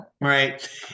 right